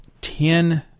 ten